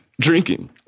drinking